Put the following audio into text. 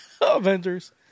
Avengers